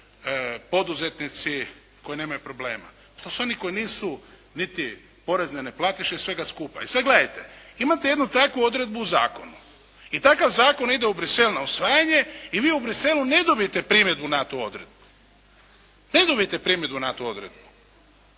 poduzetnici koji nemaju problema. To su oni koji nisu niti porezne neplatiše svega skupa. I sad gledajte, imate jednu takvu odredbu u zakonu i takav zakon ide u Bruxelles na usvajanje i vi u Bruxellesu ne dobijete primjedbu na tu odredbu. …/Upadica se ne čuje./…